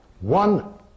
one